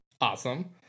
Awesome